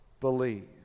believe